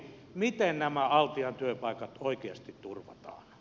miten nämä altian työpaikat oikeasti turvataan